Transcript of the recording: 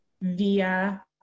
via